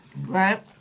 Right